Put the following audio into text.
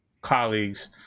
colleagues